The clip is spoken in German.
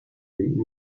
dem